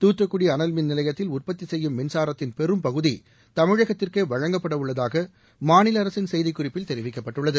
தூத்துக்குடி அனல் மின் நிலையத்தில் உற்பத்தி செய்யும் மின்சாரத்தின் பெரும்பகுதி தமிழகத்திற்கே வழங்கப்படவுள்ளதாக மாநில அரசின் செய்திக்குறிப்பில் தெரிவிக்கப்பட்டுள்ளது